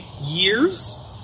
years